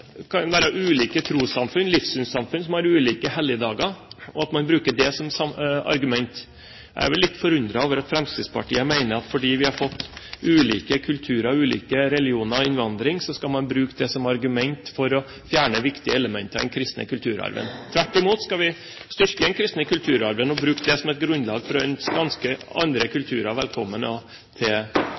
kan være ulike trossamfunn, livssynssamfunn, som har ulike helligdager, og at man bruker det som argument. Jeg er vel litt forundret over at Fremskrittspartiet mener at fordi vi har fått ulike kulturer, ulike religioner ved innvandring, skal man bruke det som argument for å fjerne viktige elementer i den kristne kulturarven. Tvert imot skal vi styrke den kristne kulturarven og bruke det som et grunnlag for å ønske andre kulturer velkommen til